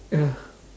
ya